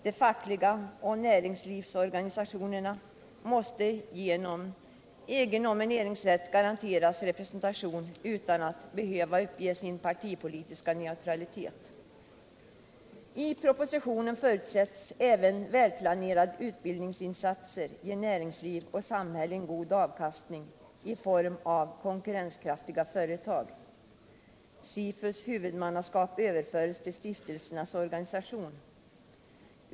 De fackliga organisationerna och näringslivsorganisationerna måste genom egen nomineringsrätt garanteras representation utan att behöva uppge sin partipolitiska neutralitet. I propositionen förutsätts även välplanerade utbildningsinsatser ge näringsliv och samhälle en god avkastning i form av konkurrenskraftiga företag. SIFU:s huvudmannaskap överförs till stiftelsernas organisation.